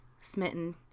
smitten